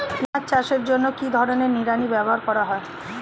পিঁয়াজ চাষের জন্য কি ধরনের নিড়ানি ব্যবহার করা হয়?